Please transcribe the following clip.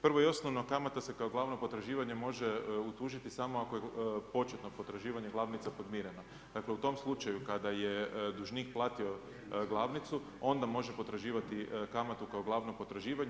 Prvo i osnovno, kamata se kao glavno potraživanje može utužiti samo ako je početno potraživanje glavnice podmireno, dakle u tom slučaju kada je dužnik platio glavnicu onda može potraživati kamatu kao glavno potraživanje.